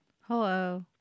Hello